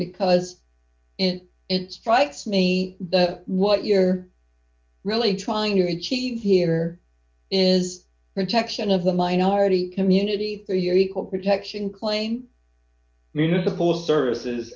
because it strikes me that what you're really trying to achieve here is protection of the minority community here equal protection claim municipal services